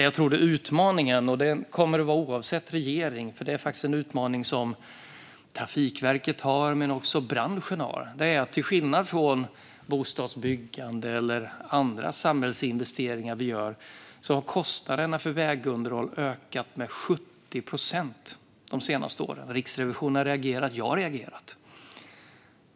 Jag tror att den utmaning som både Trafikverket och branschen har, oavsett regering, är att kostnaderna för vägunderhåll, till skillnad från bostadsbyggande och andra samhällsinvesteringar som vi gör, har ökat med 70 procent de senaste åren. Riksrevisionen har reagerat, och jag har reagerat.